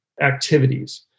activities